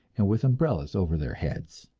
and with umbrellas over their heads.